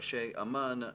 ראשי אמ"ן,